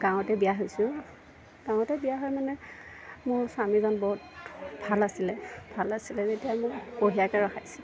গাঁৱতে বিয়া হৈছোঁ গাঁৱতে বিয়া হৈ মানে মোৰ স্বামীজন বহুত ভাল আছিলে ভাল আছিলে তেতিয়া মোক বঢ়িয়াকৈ ৰখাইছিল